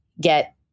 get